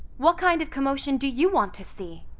what kind of commotion do you want to see?